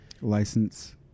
license